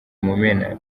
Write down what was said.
mumena